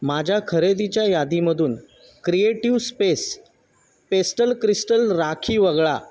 माझ्या खरेदीच्या यादीमधून creative space pastel crystal rakhi वगळा